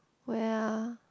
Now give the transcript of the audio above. where ah